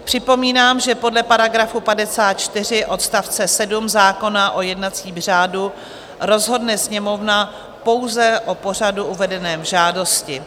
Připomínám, že podle § 54 odst. 7 zákona o jednacím řádu rozhodne Sněmovna pouze o pořadu uvedeném v žádosti.